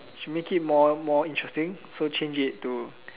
should make it more more interesting should change it to